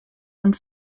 und